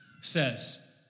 says